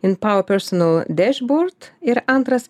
empower personal dashboard ir antras